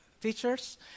teachers